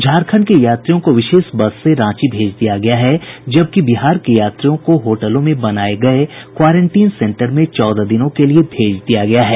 झारखंड के यात्रियों को विशेष बस से रांची भेज दिया गया है जबकि बिहार के यात्रियों को होटलों में बनाये गये क्वारेंटीन सेन्टर में चौदह दिन के लिए भेज दिया गया है